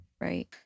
right